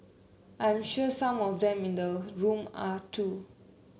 I'm sure some of them in the room are too